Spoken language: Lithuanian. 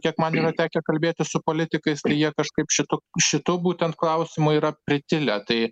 kiek man yra tekę kalbėtis su politikais tai jie kažkaip šitu šitu būtent klausimu yra pritilę tai